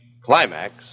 Climax